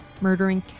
murdering